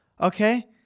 Okay